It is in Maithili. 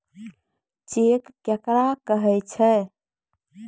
चेक केकरा कहै छै?